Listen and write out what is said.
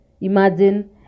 imagine